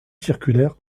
circulaire